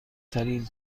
ترین